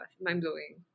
mind-blowing